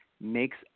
makes